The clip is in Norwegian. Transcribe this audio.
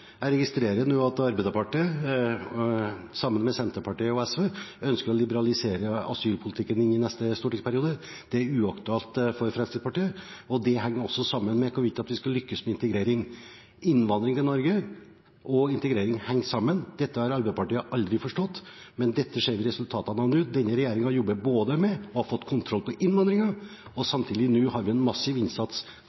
Jeg registrerer nå at Arbeiderpartiet sammen med Senterpartiet og SV ønsker å liberalisere asylpolitikken i neste stortingsperiode. Det er uaktuelt for Fremskrittspartiet, og det henger også sammen med hvorvidt vi skal lykkes med integrering. Innvandring til Norge og integrering henger sammen. Dette har Arbeiderpartiet aldri forstått, men dette ser vi resultatene av nå. Denne regjeringen har både jobbet med og fått kontroll over innvandringen, og